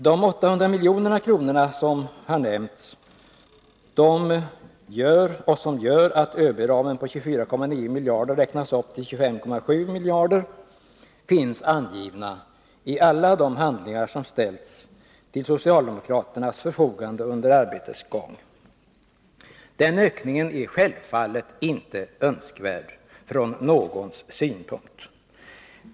De 800 milj.kr. som här har nämnts och som gör att ÖB-ramen på 24,9 miljarder räknas upp till 25,7 miljarder finns angivna i alla de handlingar som under arbetets gång ställts till socialdemokraternas förfogande. Den ökningen är självfallet inte önskvärd från någons synpunkt.